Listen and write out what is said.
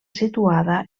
situada